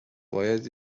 باید